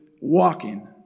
walking